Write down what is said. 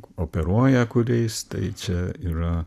operuoja kuriais tai čia yra